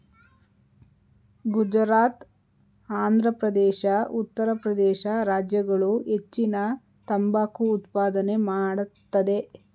ಗುಜರಾತ್, ಆಂಧ್ರಪ್ರದೇಶ, ಉತ್ತರ ಪ್ರದೇಶ ರಾಜ್ಯಗಳು ಹೆಚ್ಚಿನ ತಂಬಾಕು ಉತ್ಪಾದನೆ ಮಾಡತ್ತದೆ